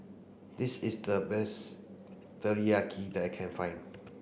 this is the best Teriyaki that I can find